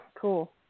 cool